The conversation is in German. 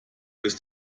bist